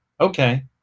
Okay